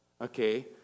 Okay